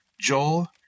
Joel